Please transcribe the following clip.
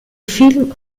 film